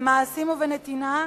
במעשים ובנתינה,